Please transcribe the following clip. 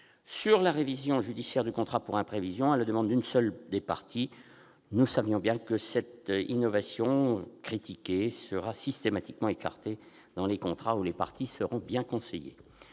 Sur la révision judiciaire du contrat pour imprévision à la demande d'une seule des parties, nous savons bien que cette innovation, critiquée, sera systématiquement écartée dans les contrats où les parties seront bien conseillées